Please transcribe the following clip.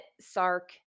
Sark